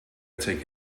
take